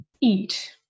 eat